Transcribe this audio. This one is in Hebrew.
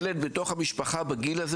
ילד בתוך המשפחה בגיל הזה,